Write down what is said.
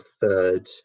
third